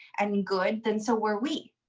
and good, then so were we.